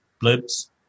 blips